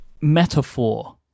metaphor